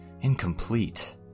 incomplete